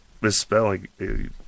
misspelling